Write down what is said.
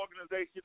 organization